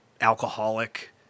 alcoholic